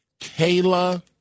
Kayla